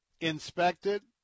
Inspected